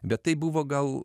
bet tai buvo gal